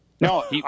No